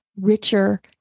richer